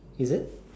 is it